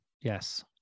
Yes